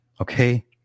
Okay